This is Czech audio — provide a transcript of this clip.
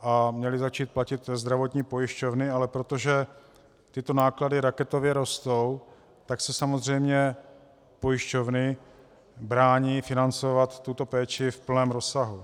a měly začít platit zdravotní pojišťovny, ale protože tyto náklady raketově rostou, tak se samozřejmě pojišťovny brání financovat tuto péči v plném rozsahu.